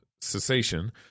cessation